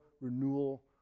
renewal